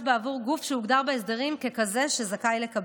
בעבור גוף שהוגדר בהסדרים ככזה שזכאי לקבלו.